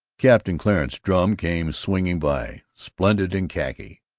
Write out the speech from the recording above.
captain clarence drum came swinging by, splendid in khaki.